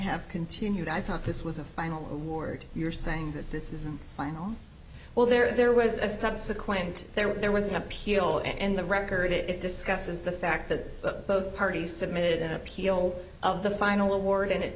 have continued i thought this was a final award you're saying that this is a final well there was a subsequent there was an appeal and the record it discusses the fact that both parties submitted an appeal of the final award and it